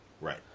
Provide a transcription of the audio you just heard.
right